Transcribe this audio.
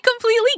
completely